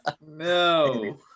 No